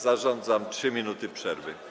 Zarządzam 3 minuty przerwy.